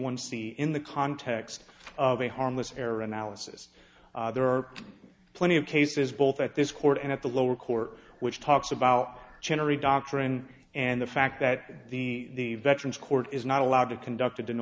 one see in the context of a harmless error analysis there are plenty of cases both at this court and at the lower court which talks about generally doctrine and the fact that the veterans court is not allowed to conducted an